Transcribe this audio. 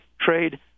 trade